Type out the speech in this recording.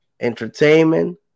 Entertainment